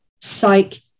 psych